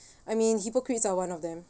I mean hypocrites are one of them